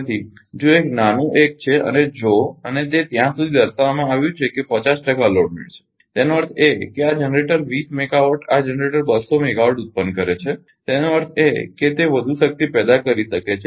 તેથી જો એક નાનું એક છે જો અને તે ત્યાં સુધી દર્શાવવામાં આવ્યું છે કે 50 ટકા લોડેડ છે આનો અર્થ એ છે કે આ જનરેટર 20 મેગાવાટ આ જનરેટર 200 મેગાવોટ ઉત્પન્ન કરે છે તેનો અર્થ એ કે તે વધુ શક્તિ પેદા કરી શકે છે